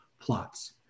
Plots